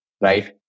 right